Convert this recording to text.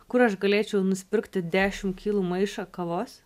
kur aš galėčiau nusipirkti dešim kilų maišą kavos